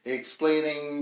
explaining